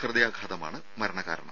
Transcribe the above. ഹൃദയാഘാതമാണ് മരണകാരണം